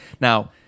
Now